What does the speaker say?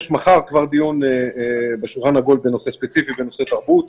יש מחר כבר דיון בשולחן עגול ספציפית בנושא תרבות.